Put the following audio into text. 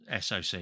SOC